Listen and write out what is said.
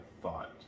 thought